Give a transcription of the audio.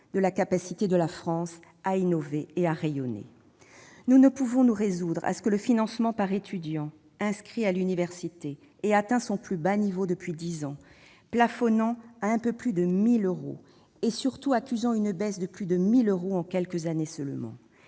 de la capacité de la France à innover et à rayonner. Nous ne pouvons nous résoudre à ce que le financement par étudiant inscrit à l'université ait atteint son plus bas niveau depuis dix ans, plafonnant à un peu plus de 10 000 euros et, surtout, accusant une baisse de plus de 1 000 euros en quelques années seulement.